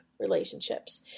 relationships